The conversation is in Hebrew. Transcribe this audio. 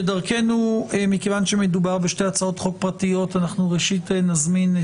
כדרכנו מכיוון שמדובר בשתי הצעות חוק פרטיות אנחנו נזמין,